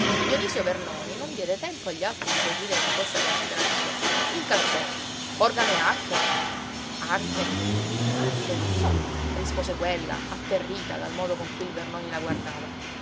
direi dionisio vernoni non diede tempo agli altri di sorridere di questa considerazione incalzò organo e arpe arpe arpe non so rispose quella atterrita dal modo con cui il vernoni la guardava